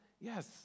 Yes